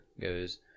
goes